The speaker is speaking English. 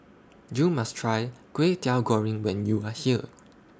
YOU must Try Kway Teow Goreng when YOU Are here